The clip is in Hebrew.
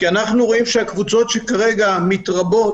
אנחנו רואים שהקבוצות שמתרבות,